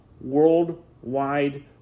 worldwide